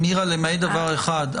למעט דבר אחד.